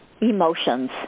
emotions